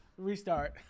restart